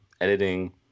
editing